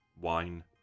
wine